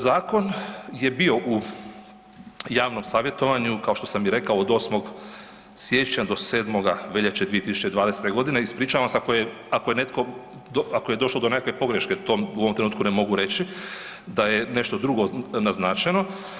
Zakon je bio u javnom savjetovanju, kao što sam i rekao, od 8. siječnja do 7. veljače 2020.g., ispričavam se ako je, ako je netko, ako je došlo do nekakve pogreške tom, u ovom trenutku ne mogu reći da je nešto drugo naznačeno.